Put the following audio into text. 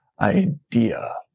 idea